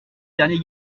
dernier